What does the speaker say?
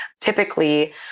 typically